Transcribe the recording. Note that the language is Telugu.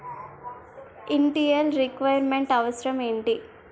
ఇనిటియల్ రిక్వైర్ మెంట్ అవసరం ఎంటి?